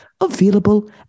available